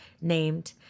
named